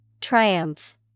Triumph